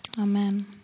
Amen